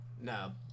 no